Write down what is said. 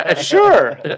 Sure